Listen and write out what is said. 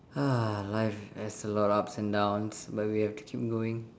ah life has a lot of ups and downs but we have to keep going